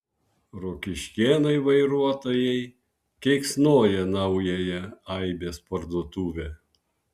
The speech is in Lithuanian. rokiškėnai vairuotojai keiksnoja naująją aibės parduotuvę